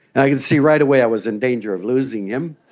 i can see right away i was in danger of losing him.